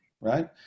right